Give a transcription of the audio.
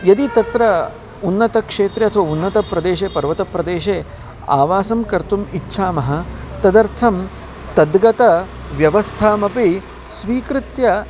यदि तत्र उन्नतक्षेत्रे अथवा उन्नतप्रदेशे पर्वतप्रदेशे आवासं कर्तुम् इच्छामः तदर्थं तद्गतं व्यवस्थामपि स्वीकृत्य